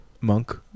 Monk